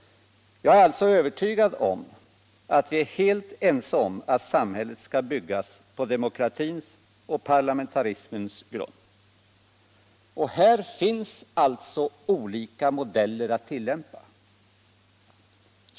Jag är alltså övertygad om att vi är helt ense om att samhället skall byggas på demokratins och parlamentarismens grund. Och här finns alltså olika modeller att tillämpa.